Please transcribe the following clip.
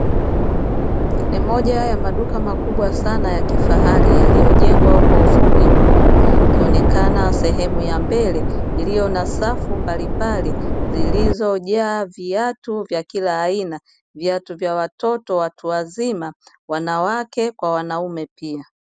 Ni moja ya maduka makubwa sana ya kifahari, yaliyojengwa kwa ufundi mkubwa ikionekana sehemu ya mbele iliyo na safu mbalimbali zilizojaa viatu vya kila aina, viatu vya watoto, watu wazima wanawake kwa wanaume pia.